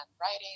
writing